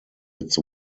its